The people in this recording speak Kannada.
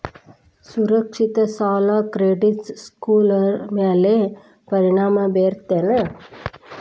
ಸುರಕ್ಷಿತ ಸಾಲ ಕ್ರೆಡಿಟ್ ಸ್ಕೋರ್ ಮ್ಯಾಲೆ ಪರಿಣಾಮ ಬೇರುತ್ತೇನ್